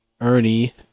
Ernie